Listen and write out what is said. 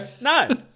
no